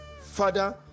father